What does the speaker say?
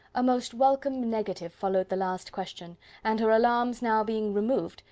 a most welcome negative followed the last question and her alarms now being removed,